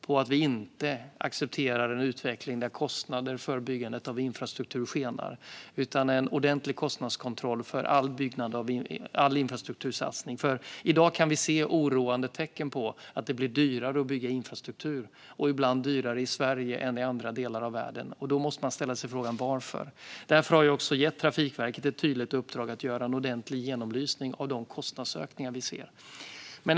Vi kommer inte att acceptera en utveckling där kostnaderna för byggandet av infrastruktur skenar, utan det ska ske en ordentlig kostnadskontroll av alla infrastruktursatsningar. I dag kan vi se oroande tecken på att det blir dyrare att bygga infrastruktur och ibland dyrare i Sverige än i andra delar av världen. Då måste man ställa sig frågan: Varför? Därför har jag också gett Trafikverket ett tydligt uppdrag att göra en ordentlig genomlysning av de kostnadsökningar vi kan se.